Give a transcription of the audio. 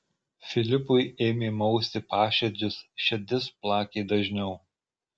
filipui ėmė mausti paširdžius širdis plakė dažniau